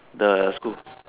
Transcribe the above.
the school